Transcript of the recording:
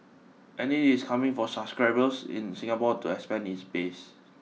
and it is coming for subscribers in Singapore to expand its base